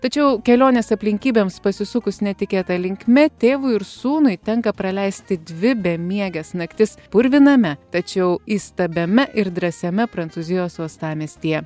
tačiau kelionės aplinkybėms pasisukus netikėta linkme tėvui ir sūnui tenka praleisti dvi bemieges naktis purviname tačiau įstabiame ir drąsiame prancūzijos uostamiestyje